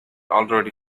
already